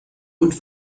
und